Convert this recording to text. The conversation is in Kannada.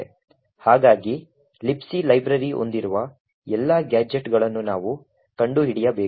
ಹಾಗಾಗಿ Libc ಲೈಬ್ರರಿ ಹೊಂದಿರುವ ಎಲ್ಲಾ ಗ್ಯಾಜೆಟ್ಗಳನ್ನು ನಾವು ಕಂಡುಹಿಡಿಯಬೇಕು